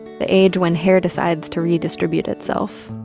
the age when hair decides to redistribute itself.